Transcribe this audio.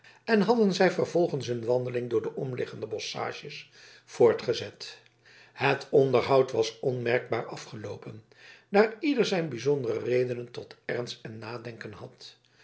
en hadden zij vervolgens hun wandeling door de omliggende bosschages voortgezet het onderhoud was onmerkbaar afgeloopen daar ieder zijn bijzondere redenen tot ernst en nadenken had